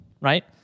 right